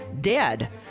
dead